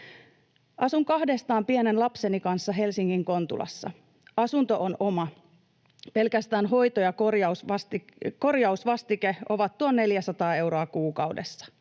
”Asun kahdestaan pienen lapseni kanssa Helsingin Kontulassa. Asunto on oma. Pelkästään hoito- ja korjausvastike ovat tuon 400 euroa kuukaudessa.